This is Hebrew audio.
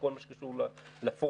בכל מה שקשור לפורומים,